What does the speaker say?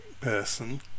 person